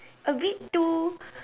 a bit too